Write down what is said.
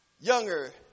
younger